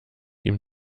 ihm